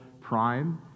prime